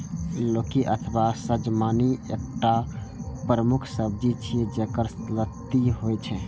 लौकी अथवा सजमनि एकटा प्रमुख सब्जी छियै, जेकर लत्ती होइ छै